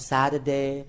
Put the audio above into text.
Saturday